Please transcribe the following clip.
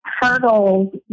hurdles